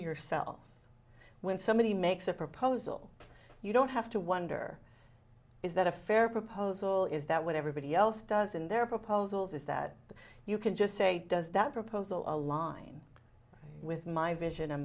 yourself when somebody makes a proposal you don't have to wonder is that a fair proposal is that what everybody else does in their proposals is that you can just say does that proposal align with my vision